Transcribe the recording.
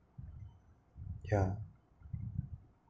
yeah